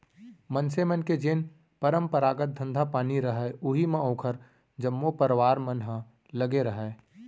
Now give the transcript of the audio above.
मनसे मन के जेन परपंरागत धंधा पानी रहय उही म ओखर जम्मो परवार मन ह लगे रहय